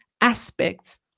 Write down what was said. aspects